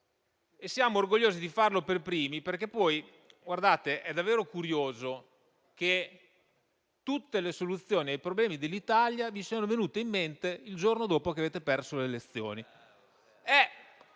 E siamo orgogliosi di farlo per primi. È davvero curioso che tutte le soluzioni ai problemi dell'Italia vi siano venute in mente il giorno dopo che avete perso le elezioni.